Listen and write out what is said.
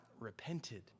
repented